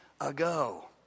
ago